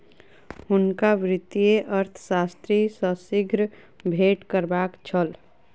हुनका वित्तीय अर्थशास्त्री सॅ शीघ्र भेंट करबाक छल